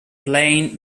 plain